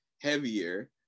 heavier